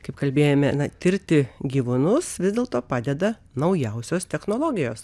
kaip kalbėjome na tirti gyvūnus vis dėlto padeda naujausios technologijos